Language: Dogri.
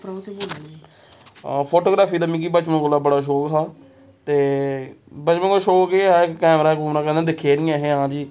फोटोग्राफी दा मिगी बचपन कोला बड़ा शौक हा ते बचपन कोला शौक एह् हा कि कैमरा कूमरा कदें दिक्खे निं ऐ हे हां जी